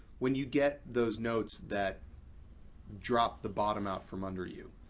when you get those notes that drop the bottom out from under you,